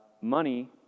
Money